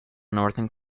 northern